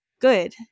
good